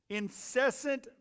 incessant